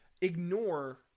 ignore